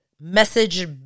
Message